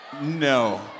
No